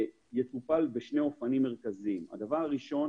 יטופל בשני אופנים מרכזיים: הדבר הראשון